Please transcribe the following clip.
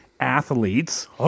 Athletes